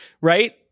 Right